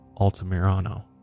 altamirano